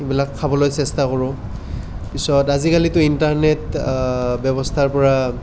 এইবিলাক খাবলৈ চেষ্টা কৰোঁ পিছত আজিকালিটো ইন্টাৰনেট ব্য়ৱস্থাৰ পৰা